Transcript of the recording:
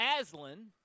Aslan